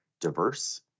diverse